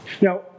Now